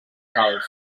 calç